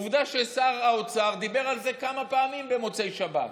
עובדה ששר האוצר דיבר על זה כמה פעמים במוצאי שבת.